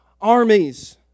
armies